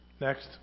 Next